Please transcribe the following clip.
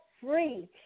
free